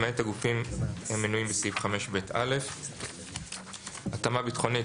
למעט הגופים המנויים בסעיף 5ב(א); "התאמה ביטחונית"